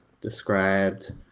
described